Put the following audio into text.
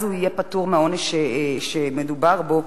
אז הוא יהיה פטור מהעונש שמדובר בו.